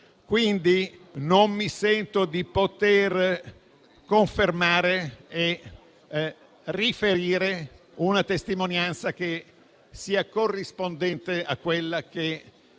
Quindi, non mi sento di poter confermare e riferire una testimonianza che sia corrispondente a quella che